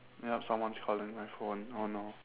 yup someone's calling my phone oh no